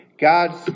God